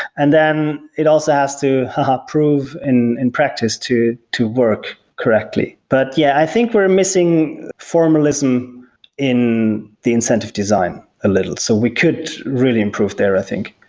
and then it also has to prove in in practice to to work correctly. but yeah, i think we're missing formalism in the incentive design a little. so we could really improve there, i think.